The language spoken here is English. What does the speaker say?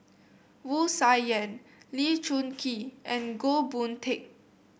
Wu Tsai Yen Lee Choon Kee and Goh Boon Teck